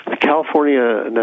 California